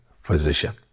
physician